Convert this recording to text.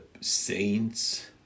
saints